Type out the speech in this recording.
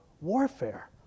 warfare